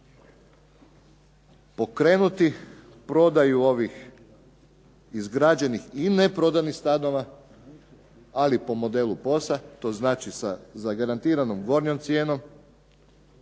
pokrenuti prodaju ovih izgrađenih i neprodanih stanova ali po modelu POS-a to znači sa zagarantiranom gornjom cijenom